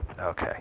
Okay